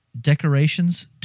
Decorations